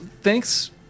thanks